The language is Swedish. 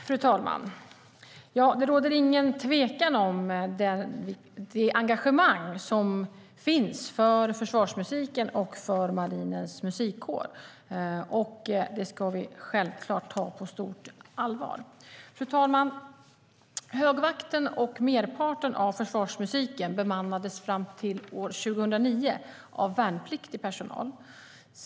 Fru talman! Det råder ingen tvekan om det engagemang som finns för försvarsmusiken och Marinens Musikkår, och det ska vi självklart ta på stort allvar. Fru talman! Högvakten och merparten av försvarsmusiken bemannades fram till år 2009 av värnpliktig personal.